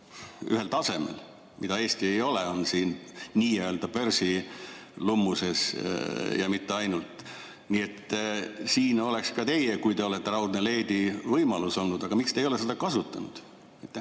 ühel tasemel, mida Eesti ei ole, on siin nii‑öelda börsi lummuses ja mitte ainult. Nii et siin oleks ka teie, kui te olete raudne leedi, võimalus olnud. Miks te ei ole seda kasutanud?